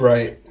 Right